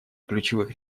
ключевых